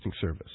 Service